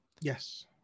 Yes